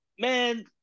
Man